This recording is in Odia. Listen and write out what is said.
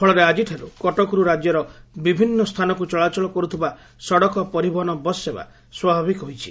ଫଳରେ ଆଜିଠାରୁ କଟକରୁ ରାଜ୍ୟର ବିଭିନ୍ନ ସ୍ଚାନକୁ ଚଳାଚଳ କରୁଥିବା ସଡକ ପରିବହନ ବସ୍ ସେବା ସ୍ୱାଭାବିକ ହୋଇଛି